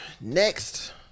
next